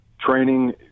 training